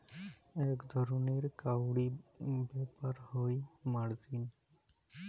আক ধরণের কাউরী ব্যাপার হই মার্জিন